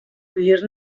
collir